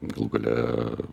galų gale